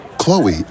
Chloe